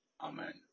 Amen